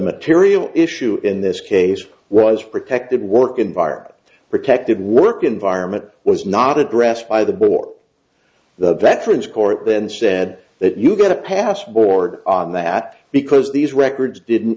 material issue in this case well as protected work environment protected work environment was not addressed by the board the better it's court then said that you get a pass board on that because these records didn't